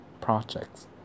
projects